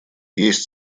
есть